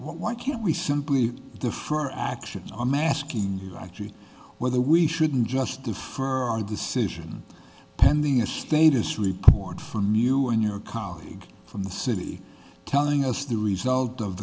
why can't we simply the for our actions i'm asking you actually whether we shouldn't just there for our decision pending a status report from you and your colleague from the city telling us the result of